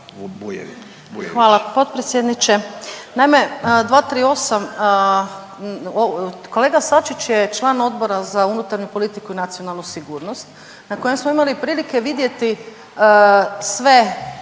Hvala potpredsjedniče. Naime, 238. kolega Sačić je član Odbora za unutarnju politiku i nacionalnu sigurnost na kojem smo imali prilike vidjeti sve,